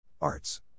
Arts